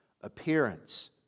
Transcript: Appearance